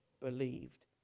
believed